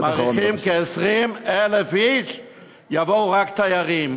מעריכים שכ-20,000 איש יבואו, רק תיירים.